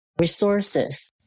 resources